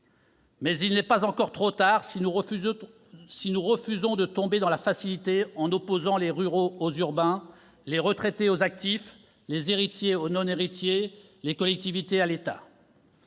mais il n'est pas encore trop tard si nous refusons de tomber dans la facilité en opposant les ruraux aux urbains, les retraités aux actifs, les héritiers aux non-héritiers, les collectivités à l'État.